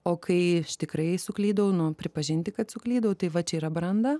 o kai tikrai suklydau nu pripažinti kad suklydau tai va čia yra branda